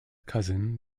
cousin